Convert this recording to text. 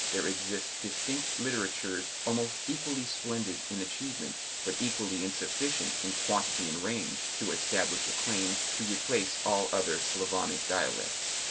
there exist distinct literatures, almost equally splendid in achievement, but equally insufficient in quantity and range to establish a claim to replace all other slavonic dialects.